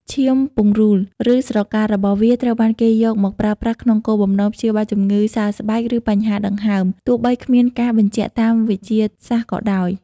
ឈាមពង្រូល ឬស្រការបស់វាត្រូវបានគេយកមកប្រើប្រាស់ក្នុងគោលបំណងព្យាបាលជំងឺសើស្បែក ឬបញ្ហាដង្ហើម ទោះបីគ្មានការបញ្ជាក់តាមវិទ្យាសាស្ត្រក៏ដោយ។